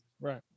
right